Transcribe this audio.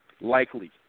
likely